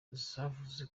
zavuze